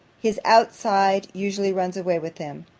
his outside usually runs away with him.